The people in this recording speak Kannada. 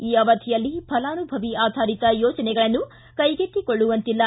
ಈ ಅವಧಿಯಲ್ಲಿ ಫಲಾನುಭವಿ ಆಧಾರಿತ ಯೋಜನೆಗಳನ್ನು ಕೈಗೆತ್ತಿಕೊಳ್ಳುವಂತಿಲ್ಲ